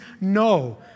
No